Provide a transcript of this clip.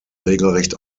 regelrecht